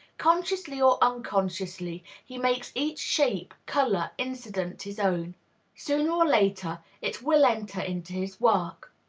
consciously or unconsciously, he makes each shape, color, incident his own sooner or later it will enter into his work.